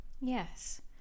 Yes